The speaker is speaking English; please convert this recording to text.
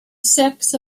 sex